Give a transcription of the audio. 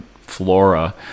flora